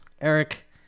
Eric